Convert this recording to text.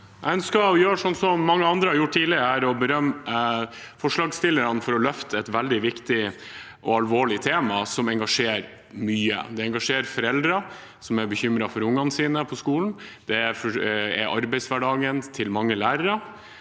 Jeg ønsker å gjøre som mange andre har gjort tidligere her, og det er å berømme forslagsstillerne for å løfte et veldig viktig og alvorlig tema som engasjerer mye. Det engasjerer foreldre som er bekymret for ungene sine på skolen, og det er arbeidshverdagen til mange lærere.